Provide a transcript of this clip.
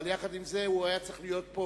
אבל הוא היה צריך להיות פה.